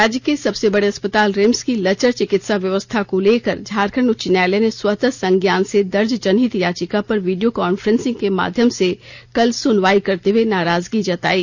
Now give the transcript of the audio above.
राज्य के सबसे बड़े अस्पताल रिम्स की लचर चिकित्सा व्यवस्था को लेकर झारखंड उच्च न्यायालय ने स्वतः संज्ञान से दर्ज जनहित याचिका पर वीडियो कांफ्रेसिंग के माध्यम से कल सुनवाई करते हुए नाराजगी जतायी